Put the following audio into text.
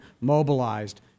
mobilized